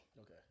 Okay